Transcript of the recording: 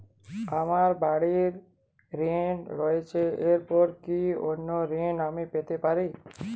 আমার বাড়ীর ঋণ রয়েছে এরপর কি অন্য ঋণ আমি পেতে পারি?